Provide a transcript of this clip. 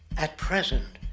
at present,